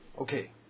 Okay